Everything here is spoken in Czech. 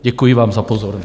Děkuji vám za pozornost.